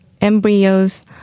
embryos